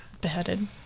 Beheaded